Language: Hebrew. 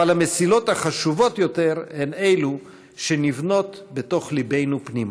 אבל המסילות החשובות יותר הן אלו שנבנות בתוך ליבנו פנימה.